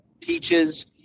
teaches